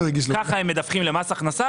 כך הם מדווחים למס הכנסה,